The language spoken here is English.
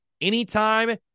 anytime